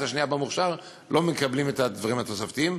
השנייה במוכש"ר לא מקבלים את הדברים התוספתיים,